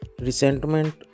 resentment